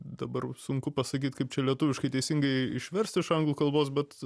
dabar sunku pasakyt kaip čia lietuviškai teisingai išversti iš anglų kalbos bet